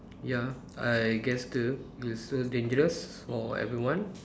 ya I guess the it's so dangerous for everyone